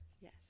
Yes